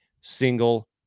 single